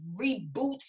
reboots